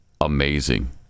Amazing